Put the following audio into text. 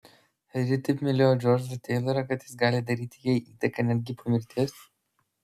ar ji taip mylėjo džordžą teilorą kad jis gali daryti jai įtaką netgi po mirties